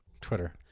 Twitter